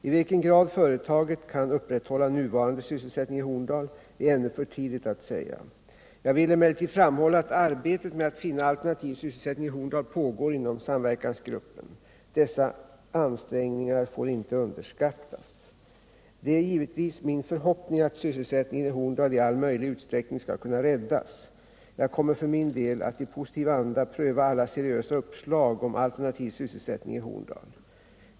I vilken grad företaget kan upprätthålla nuvarande sysselsättning i Horndal är ännu för tidigt att säga. Jag vill emellertid framhålla att arbetet med att finna alternativ sysselsättning i Horndal pågår inom EM YST KanSEr uppe: Dessa ansträngningar får inte underskattas. Det är givetvis min förhoppning att sysselsättningen i Horndal i all möjlig utsträckning skall kunna räddas. Jag kommer för min del att i positiv anda pröva alla seriösa uppslag om alternativ sysselsättning i Horndal.